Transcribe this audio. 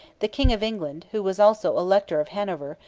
the king of england, who was also elector of hanover,